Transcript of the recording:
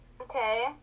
okay